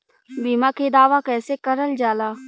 बीमा के दावा कैसे करल जाला?